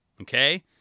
okay